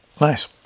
Nice